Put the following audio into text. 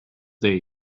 day